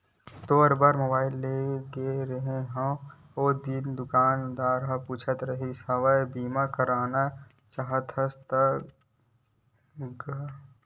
तोर बर मुबाइल लेय बर गे रेहें हव ओ दिन ता दुकानदार पूछत रिहिस हवय बीमा करना चाहथस का गा मुबाइल के कहिके